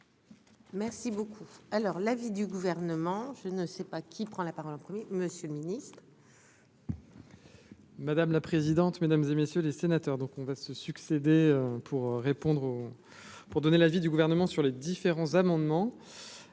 Merci beaucoup, alors l'avis du gouvernement, je ne sais pas qui prend la parole en 1er, monsieur le Ministre. Madame la présidente, mesdames et messieurs les sénateurs, donc on va se succéder pour répondre aux pour donner l'avis du gouvernement sur les différents amendements,